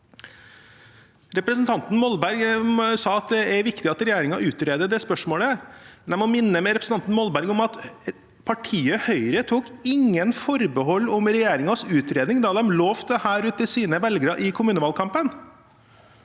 Representanten Molberg sa at det er viktig at regjeringen utreder det spørsmålet. Jeg må minne representanten Molberg om at partiet Høyre ikke tok noen forbehold om regjeringens utredning da de lovte dette til sine velgere i kommunevalgkampen.